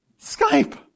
Skype